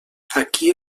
aquí